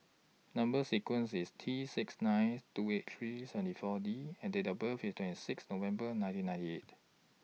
Number sequence IS T six ninth two eight three seventy four D and Date of birth IS twenty six November nineteen ninety eight